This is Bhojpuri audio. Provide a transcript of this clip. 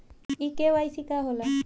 इ के.वाइ.सी का हो ला?